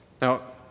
Now